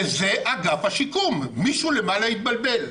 וזה אגף השיקום, מישהו למעלה התבלבל.